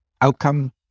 outcome